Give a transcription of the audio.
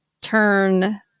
turn